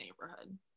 neighborhood